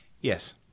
yes